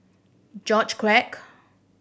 George Quek